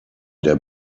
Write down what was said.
der